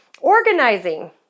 Organizing